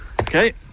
Okay